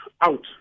out